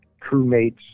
crewmates